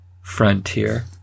frontier